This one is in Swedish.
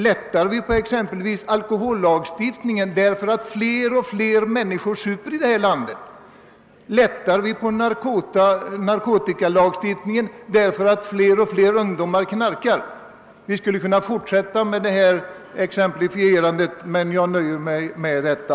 Lättar vi på alkohollagstiftningen därför att allt fler människor super? Lättar vi på narkotikalagstiftningen därför att allt fler ungdomar knarkar? Jag skulle kunna fortsätta exemplifierandet, men jag nöjer mig med detta.